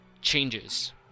changes